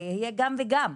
זה יהיה גם וגם.